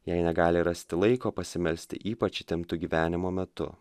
jei negali rasti laiko pasimelsti ypač įtemptu gyvenimo metu